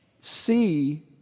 see